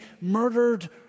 murdered